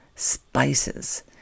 spices